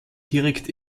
direkt